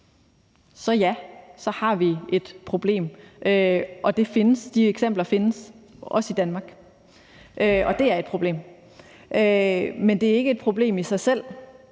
så ja, så har vi et problem, og det findes. De eksempler findes, også i Danmark, og det er et problem. Men det er ikke et problem i sig selv,